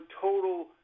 total